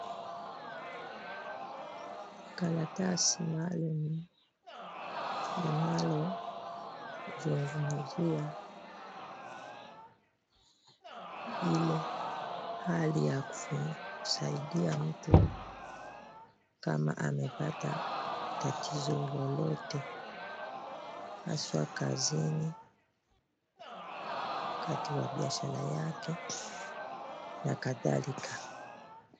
Karatasi maalum linalozungumzia ile hali ya kusaidia mtu kama amepata tatizo lolote, haswa kazini wakati wa biashara yake na kadhalika.